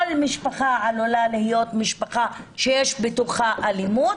כל משפחה עלולה להיות משפחה שיש בתוכה אלימות